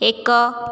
ଏକ